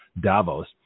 Davos